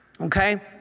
Okay